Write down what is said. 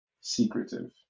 secretive